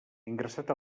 ingressat